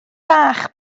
bach